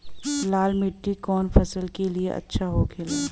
लाल मिट्टी कौन फसल के लिए अच्छा होखे ला?